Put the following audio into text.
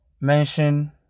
mention